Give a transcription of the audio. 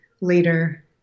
later